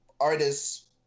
artists